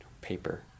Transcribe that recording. paper